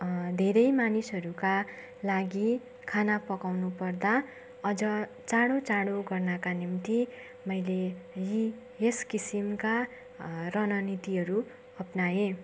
धेरै मानिसहरूका लागि खाना पकाउनु पर्दा अझ चाँडो चाँडो गर्नका निम्ति मैले यी यस किसिमका रणनीतिहरू अप्नाएँ